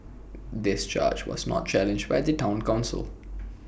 this charge was not challenged by the Town Council